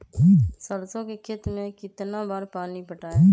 सरसों के खेत मे कितना बार पानी पटाये?